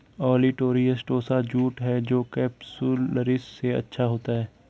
olitorius tossa jute है जो capsularis से अच्छा होता है